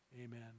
amen